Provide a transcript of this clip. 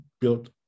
built